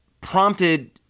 prompted